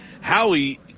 Howie